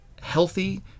healthy